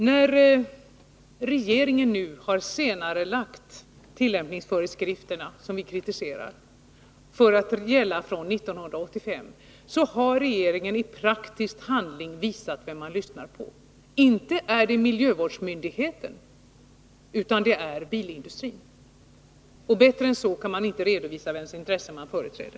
När regeringen nu senarelagt tillämpningsföreskrifterna — vilket vi kritiserar — så att de skall gälla från 1985 har regeringen i praktisk handling visat vem man lyssnar på. Inte är det miljövårdsmyndigheten, utan det är bilindustrin. Bättre än så kan man inte redovisa vems intressen man företräder.